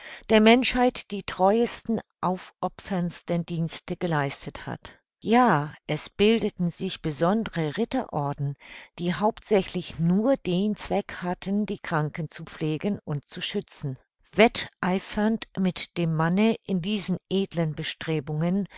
der menschheit die treuesten aufopferndsten dienste geleistet hat ja es bildeten sich besondre ritterorden die hauptsächlich nur den zweck hatten die kranken zu pflegen und zu schützen wetteifernd mit dem manne in diesen edlen bestrebungen